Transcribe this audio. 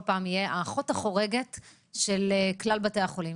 פעם יהיה האחות החורגת של כלל בתי החולים.